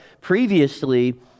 previously